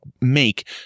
make